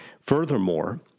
Furthermore